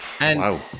Wow